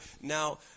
now